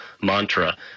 mantra